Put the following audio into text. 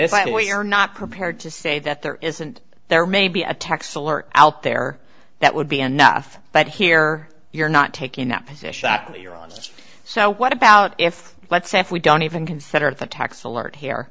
that we are not prepared to say that there isn't there may be a tax alert out there that would be enough but here you're not taking that position that you're on so what about if let's say if we don't even consider it the tax alert h